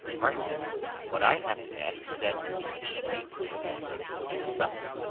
pardon what i have to ask is that he be permitted to make them himself.